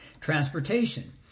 Transportation